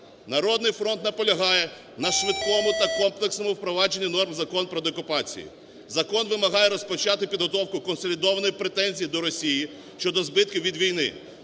"Народний фронт" наполягає на швидкому та комплексному впровадженні норм Закону продеокупацію. Закон вимагає розпочати підготовку консолідованих претензій до Росії щодо збитків від війни.